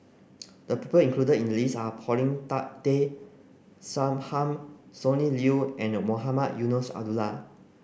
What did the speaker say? the people included in the list are Paulin Tak Tay Straughan Sonny Liew and Mohamed Eunos Abdullah